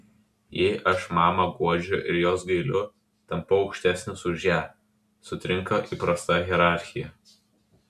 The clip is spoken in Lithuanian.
jei aš mamą guodžiu ir jos gailiu tampu aukštesnis už ją sutrinka įprasta hierarchija